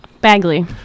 Bagley